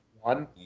one